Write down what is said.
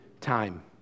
time